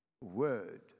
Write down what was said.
Word